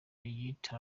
brigitte